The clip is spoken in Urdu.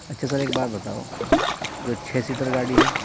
اچھا سر ایک بات بتاؤ جو چھ سیٹر گاڑی ہے